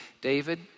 David